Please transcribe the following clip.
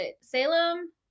Salem